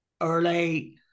early